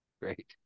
Great